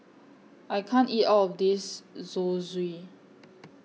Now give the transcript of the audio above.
I can't eat All of This Zosui